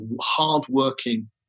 hard-working